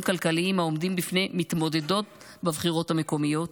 כלכליים העומדים בפני מתמודדות בבחירות המקומיות,